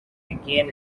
begin